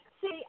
See